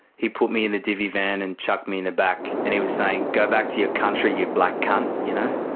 he put me in the divvy van and chucked me in the back. and he was saying, go back to your country, you black cunt you know?